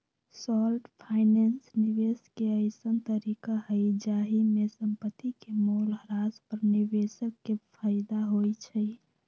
short finance निवेश के अइसँन तरीका हइ जाहिमे संपत्ति के मोल ह्रास पर निवेशक के फयदा होइ छइ